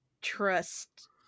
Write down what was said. trust